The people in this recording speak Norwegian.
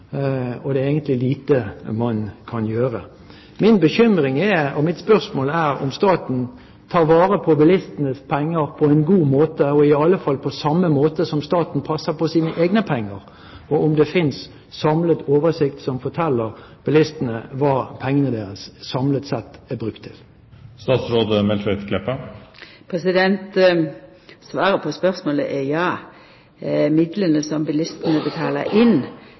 og det er egentlig lite man kan gjøre. Min bekymring og mitt spørsmål er om staten tar vare på bilistenes penger på en god måte, i alle fall på samme måte som staten passer på sine egne penger, og om det finnes en samlet oversikt som forteller bilistene hva pengene deres samlet sett er brukt til. Svaret på spørsmålet er ja. Midlane som bilistane betaler inn,